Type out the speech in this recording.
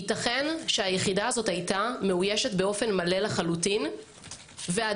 ייתכן שהיחידה הזאת הייתה מאוישת באופן מלא לחלוטין ועדיין